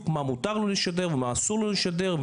מה מותר לו לשדר ומה אסור לו לשדר,